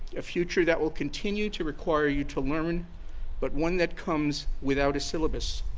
a future that will continue to require you to learn but one that comes without a syllabus.